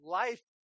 life